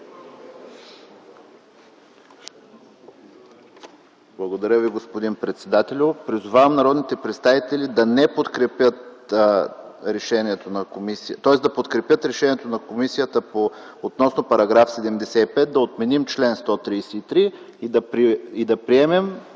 Благодаря Ви, господин председателю. Призовавам народните представители да подкрепят решението на комисията относно § 75 – да отменим чл. 133, и да приемем